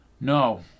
No